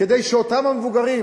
כדי שאותם המבוגרים,